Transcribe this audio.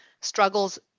struggles